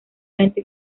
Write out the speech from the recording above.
frente